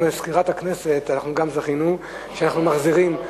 מזכירת הכנסת, אנחנו גם זכינו שאנחנו מחזירים.